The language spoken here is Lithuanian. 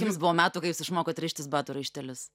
jums buvo metų kai jūs išmokot rištis batų raištelius